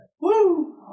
Woo